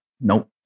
Nope